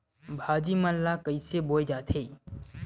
भाजी मन ला कइसे बोए जाथे?